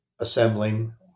Assembling